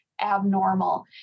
abnormal